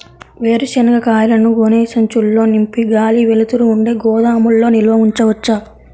వేరుశనగ కాయలను గోనె సంచుల్లో నింపి గాలి, వెలుతురు ఉండే గోదాముల్లో నిల్వ ఉంచవచ్చా?